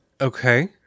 Okay